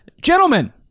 Gentlemen